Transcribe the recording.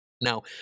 Now